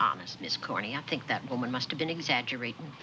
honest miss corny i think that woman must have been exaggerat